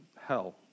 hell